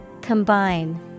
Combine